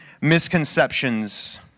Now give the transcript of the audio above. misconceptions